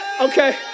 okay